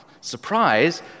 surprise